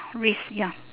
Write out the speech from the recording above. risk ya